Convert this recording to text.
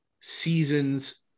seasons